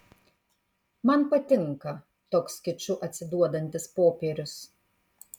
man patinka toks kiču atsiduodantis popierius